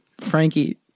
Frankie